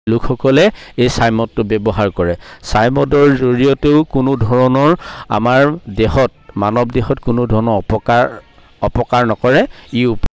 লোকসকলে এই ছাই মদটো ব্যৱহাৰ কৰে ছাই মদৰ জৰিয়তেও কোনো ধৰণৰ আমাৰ দেহত মানৱ দেহত কোনো ধৰণৰ অপকাৰ অপকাৰ নকৰে ই